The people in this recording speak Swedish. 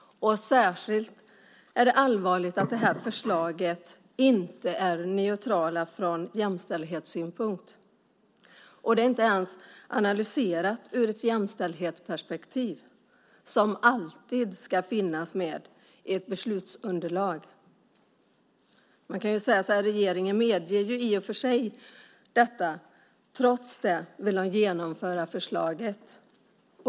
Det är särskilt allvarligt att förslaget inte är neutralt från jämställdhetssynpunkt. Det är inte ens analyserat ur ett jämställdhetsperspektiv, som alltid ska finnas med i ett beslutsunderlag. Regeringen medger i och för sig detta, men trots det vill man genomföra förslaget.